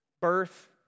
birth